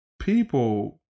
people